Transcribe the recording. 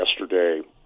yesterday